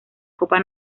copa